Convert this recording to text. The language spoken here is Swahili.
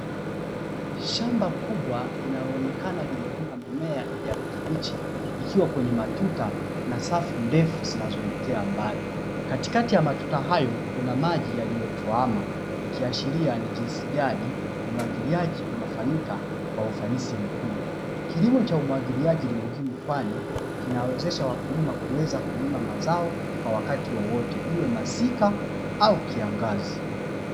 Shamba kubwa linaloonekana likiwa limelimwa mimea ya kijani kibichi likiwa kwenye matuta na safu ndefu zinazoelekea mbali. Katikati ya matuta hayo kuna maji yaliyotuama ikiashiria ni jinsi gani umwagiliaji unafanyika kwa ufanisi mkubwa. Kilimo cha umwagiliaji ni muhimu kwani kinawawezesha wakulima kuweza kulima mazao kwa wakati wowote; iwe masika au kiangazi.